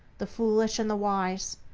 the foolish and the wise,